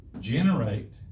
generate